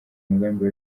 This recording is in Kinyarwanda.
umugambi